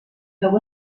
feu